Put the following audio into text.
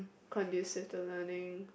conducive to learning